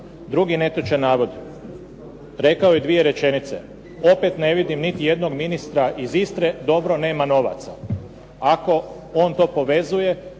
Drugi netočan navod, rekao je dvije rečenice. Opet ne vidim niti jednog ministra iz Istre, dobro nema novaca. Ako on to povezuje,